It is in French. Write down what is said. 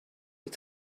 est